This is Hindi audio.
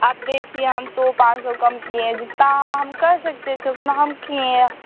आप देखिए हम तो पाँच सौ का कम किए हैं जितना हम कर सकते थे उतना हम किए हैं